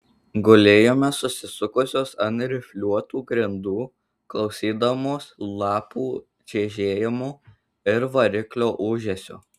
gulėjome susisukusios ant rifliuotų grindų klausydamos lapų čežėjimo ir variklio ūžesio